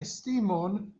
estimon